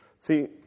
See